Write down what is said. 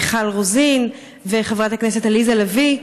מיכל רוזין וחברת הכנסת עליזה לביא,